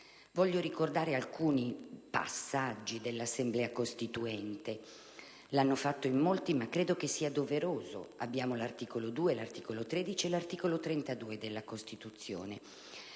Voglio ricordare alcuni passaggi dell'Assemblea costituente: lo hanno fatto in molti, ma credo sia doveroso. Ricordo l'articolo 2, l'articolo 13 e l'articolo 32 della Costituzione.